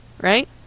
Right